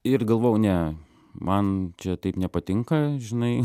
ir galvojau ne man čia taip nepatinka žinai